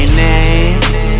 names